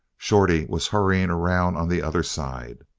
shorty was hurrying around on the other side.